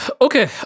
Okay